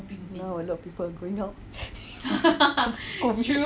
now a lot of people going out cause COVID